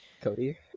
Cody